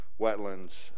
wetlands